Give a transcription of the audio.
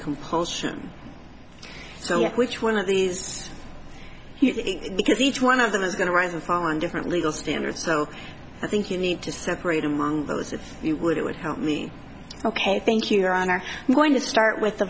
compulsion so which one of these because each one of them is going to rise and fall on different legal standards so i think you need to separate among those if you would it would help me ok thank you your honor i'm going to start with a